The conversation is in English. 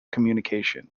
communication